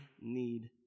need